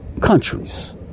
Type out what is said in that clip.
countries